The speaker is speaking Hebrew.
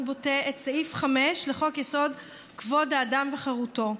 בוטה את סעיף 5 לחוק-יסוד: כבוד האדם וחירותו,